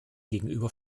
gegenüber